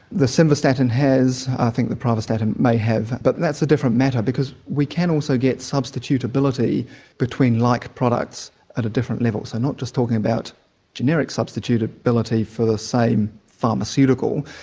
the simvastatin has, i think the pravastatin may have, but that's a different matter because we can also get substituteability between like products at a different level, so not just talking about generic substituteability for the same pharmaceutical,